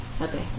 Okay